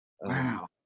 Wow